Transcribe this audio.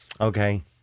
Okay